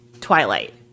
Twilight